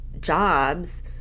jobs